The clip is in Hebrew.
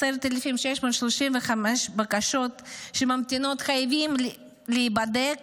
10,635 בקשות שממתינות חייבות להיבדק